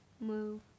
move